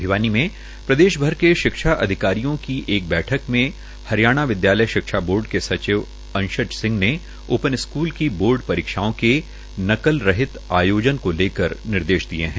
भिवानी में प्रदेश भर के शिक्षा अधिकारियों की एक बैठक में हरियाणा विदयालय शिक्षा बोर्ड के सचिव अशंज सिंह ने ओपन स्कूल की बोर्ड परीक्षाओं के नकल रहित आयोजन करने को लेकर निर्देश दिये है